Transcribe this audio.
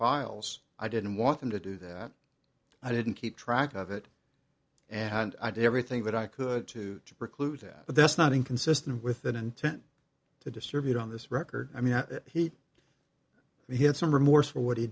files i didn't want them to do that i didn't keep track of it and i did everything that i could to preclude that but that's not inconsistent with an intent to distribute on this record i mean he he had some remorse for what he